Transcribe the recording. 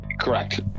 Correct